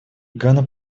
гана